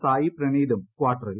സായി പ്രണീതും ക്വാർട്ടറിൽ